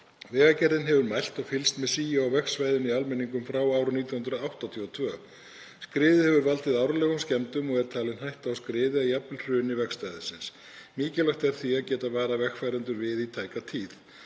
Vegagerðin hefur mælt og fylgst með sigi á vegsvæðum í Almenningum frá árinu 1982. Skriðið hefur valdið árlegum skemmdum og er talin hætta á skriði eða jafnvel hruni vegstæðisins. Mikilvægt er því að geta varað vegfarendur við í tæka tíð.